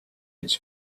its